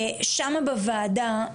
שמה בוועדה,